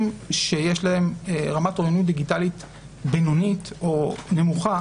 שיש להם רמת אוריינות דיגיטלית בינונית או נמוכה,